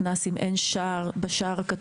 שאף אחד לא נכנס בשער בית הספר מעבר לשעות